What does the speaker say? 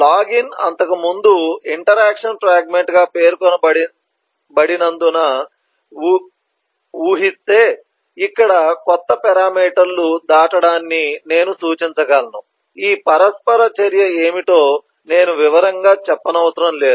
login అంతకుముందు interaction fragment గా పేర్కొనబడిందని వుహిస్తే ఇక్కడ కొత్త పేరామీటర్లు దాటడాన్ని నేను సూచించగలను ఈ పరస్పర చర్య ఏమిటో నేను వివరంగా చెప్పనవసరం లేదు